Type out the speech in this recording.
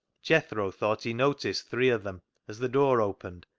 jethro thought he noticed three of them as the door opened,